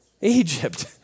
Egypt